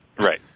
right